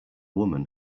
woman